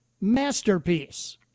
masterpiece